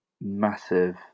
massive